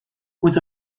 was